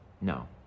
No